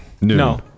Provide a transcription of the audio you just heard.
No